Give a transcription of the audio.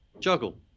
juggle